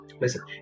Listen